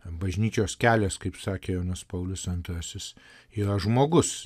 bažnyčios kelias kaip sakė jonas paulius antrasis yra žmogus